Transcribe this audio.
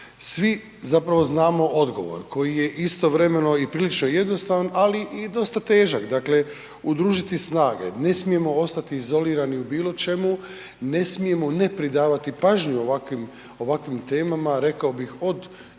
Svi zapravo znamo odgovor koji je istovremeno i prilično jednostavan, ali i dosta težak. Dakle, u družiti snage, ne smijemo ostati izolirani u bilo čemu, ne smijemo ne pridavati pažnju ovakvim, ovakvim temama, rekao bih od